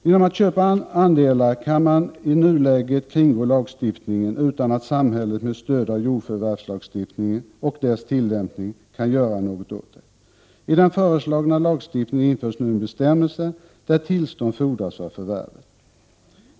Genom att köpa andelar kan man i nuläget kringgå lagstiftningen utan att samhället med stöd av jordförvärvslagstiftningen och dess tillämpning kan göra något åt det. I den föreslagna lagstiftningen införs nu en bestämmelse enligt vilken tillstånd fordras för förvärvet.